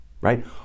right